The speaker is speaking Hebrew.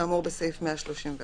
כאמור בסעיף 131 לחוק"